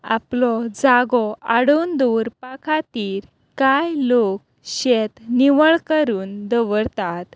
आपलो जागो आडोवन दवरपा खातीर कांय लोक शेत निवळ करून दवरतात